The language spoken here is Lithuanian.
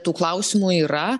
tų klausimų yra